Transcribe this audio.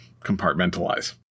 compartmentalize